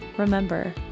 Remember